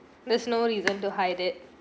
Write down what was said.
there's no reason to hide it